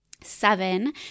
Seven